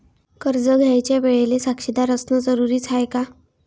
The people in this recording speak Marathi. कर्ज घ्यायच्या वेळेले साक्षीदार असनं जरुरीच हाय का?